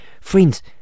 Friends